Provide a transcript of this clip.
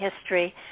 history